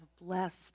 blessed